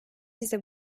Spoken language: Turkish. bize